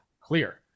clear